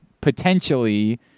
potentially